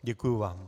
Děkuji vám.